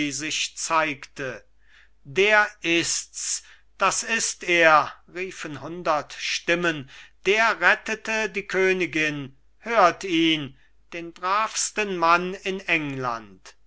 sich zeigte der ist's das ist er riefen hundert stimmen der rettete die königin hört ihn den bravsten mann in england